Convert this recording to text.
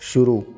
शुरू